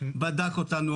בדק אותנו,